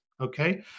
Okay